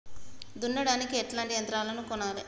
దున్నడానికి ఎట్లాంటి యంత్రాలను కొనాలే?